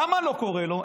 למה לא קורא לו?